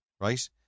Right